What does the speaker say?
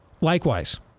Likewise